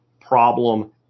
problem